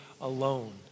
alone